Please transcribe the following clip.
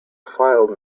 file